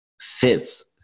Fifth